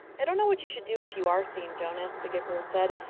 i don't know what you should do if you are seen, jonas, the giver had said.